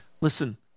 Listen